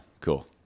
cool